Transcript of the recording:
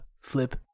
Flip